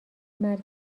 مرگ